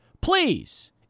Please